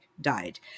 died